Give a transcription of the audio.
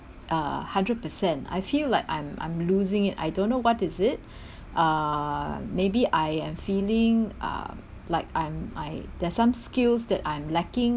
uh hundred per cent I feel like I'm I'm losing it I don't know what is it uh maybe I am feeling uh like I'm I there's some skills that I'm lacking